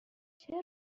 چرا